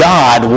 God